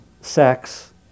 sex